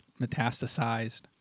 metastasized